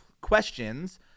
questions